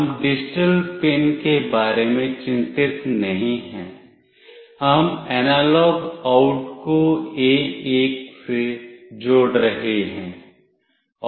हम digital pin के बारे में चिंतित नहीं हैं हम एनालॉग आउट को A1 से जोड़ रहे हैं